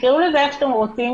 תקראו לזה איך שאתם רוצים,